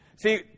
See